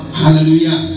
hallelujah